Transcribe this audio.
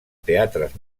teatres